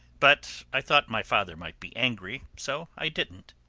but i thought my father might be angry, so i didn't.